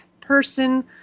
person